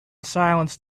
silence